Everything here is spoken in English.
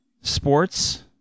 sports